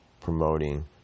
promoting